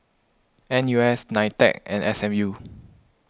N U S Nitec and S M U